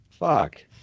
Fuck